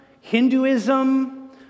Hinduism